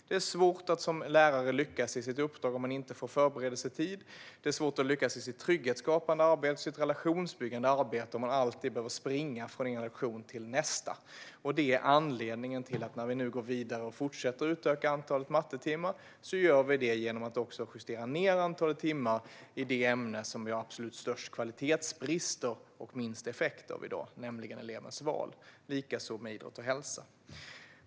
Det är svårt att som lärare lyckas i sitt uppdrag om man inte får förberedelsetid, och det är svårt att lyckas i sitt trygghetsskapande och relationsbyggande arbete om man alltid behöver springa från en lektion till nästa. Det är anledningen till att vi när vi nu går vidare och fortsätter utöka antalet mattetimmar gör det genom att justera ned antalet timmar i det ämne där vi i dag har absolut störst kvalitetsbrister och minst effekter, nämligen elevens val. Detsamma gäller idrott och hälsa.